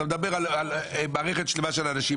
אתה מדבר על מערכת שלמה של אנשים.